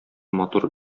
матур